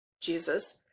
Jesus